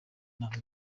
inama